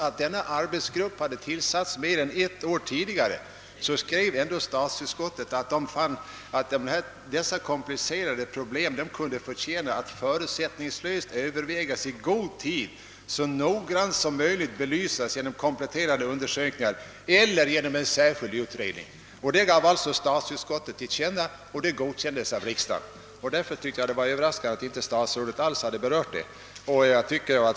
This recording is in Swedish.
Trots att arbetsgruppen hade tillsatts mer än ett år tidigare skrev ändå statsutskottet att utskottet fann att dessa komplicerade problem förtjänade att förutsättningslöst övervägas i god tid och så noggrant som möjligt belysas genom kompletterande undersökningar eller genom en särskild utredning. Detta gav alltså statsutskottet till känna, och det godkändes av riksdagen. Därför var det överraskande att statsrådet inte alls berörde den saken.